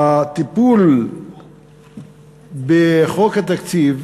הטיפול בחוק התקציב,